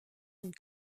une